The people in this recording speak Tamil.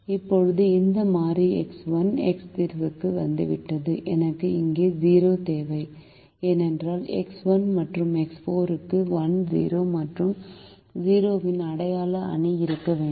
இப்போது அந்த மாறி X1 x தீர்வுக்கு வந்துவிட்டது எனக்கு இங்கே 0 தேவை ஏனென்றால் X1 மற்றும் X4 க்கு 1 0 மற்றும் 0 இன் அடையாள அணி இருக்க வேண்டும்